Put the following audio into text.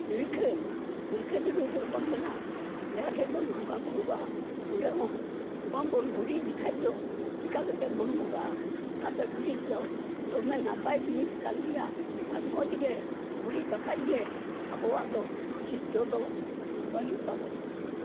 ᱦᱤᱨᱠᱷᱟᱹ ᱦᱤᱨᱠᱷᱟᱹ ᱡᱤᱱᱤᱥ ᱫᱚ ᱵᱟᱝ ᱠᱟᱱᱟ ᱡᱟᱦᱟᱸ ᱴᱷᱮᱡ ᱵᱚᱱ ᱵᱚᱸᱜᱟᱼᱵᱩᱨᱩᱜᱼᱟ ᱚᱸᱰᱮᱦᱚᱸ ᱵᱟᱝᱵᱚᱱ ᱜᱩᱨᱤᱡᱽ ᱞᱮᱠᱷᱟᱱ ᱦᱚᱸ ᱪᱤᱠᱟ ᱠᱟᱛᱮᱜ ᱵᱚᱱ ᱵᱚᱸᱜᱟᱜᱼᱟ ᱚᱱᱟᱛᱮ ᱜᱩᱨᱤᱡ ᱫᱚ ᱫᱚᱢᱮ ᱱᱟᱯᱟᱭ ᱡᱤᱱᱤᱥ ᱠᱟᱱ ᱜᱮᱭᱟ ᱟᱨ ᱢᱚᱡᱽᱜᱮ ᱜᱩᱨᱤᱡ ᱵᱟᱠᱷᱟᱡ ᱜᱮ ᱟᱵᱚᱣᱟᱜ ᱫᱚ ᱥᱩᱫᱽᱫᱷᱚ ᱫᱚ ᱵᱟᱹᱱᱩᱜ ᱛᱟᱵᱚᱱᱟ